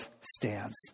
stands